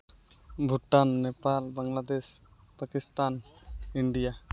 Bhutan Nepal Bangladesh Pakistan India